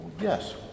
yes